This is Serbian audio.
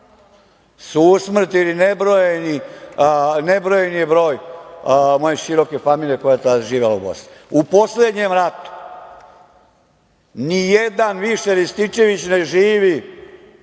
usmrtili nebrojeni broj moje široke familije koja je tad živela u Bosni. U poslednjem ratu ni jedan više Rističević od